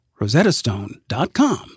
rosettastone.com